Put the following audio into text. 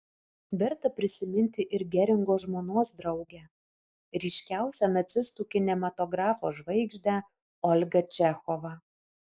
verta prisiminti ir geringo žmonos draugę ryškiausią nacistų kinematografo žvaigždę olgą čechovą